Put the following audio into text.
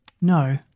No